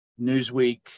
Newsweek